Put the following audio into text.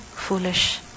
Foolish